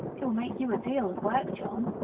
it will make you a deal of work, john.